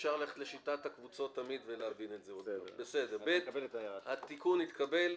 התיקון התקבל.